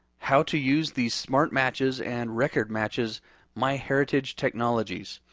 how to use the smart matches and record matches myheritage technologies.